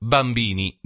Bambini